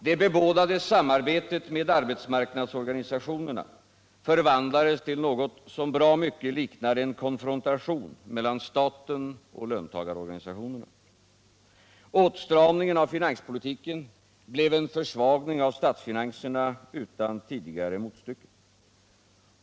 Det bebådade sam arbetet med arbetsmarknadsorganisationerna förvandlades till något som bra mycket liknar en konfrontation mellan staten och löntagarorganisationerna. Åtstramningen av finanspolitiken blev en försvagning av statsfinanserna utan tidigare motstycke.